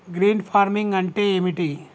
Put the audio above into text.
Green farming అంటే ఏమిటి?